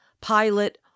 pilot